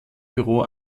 büro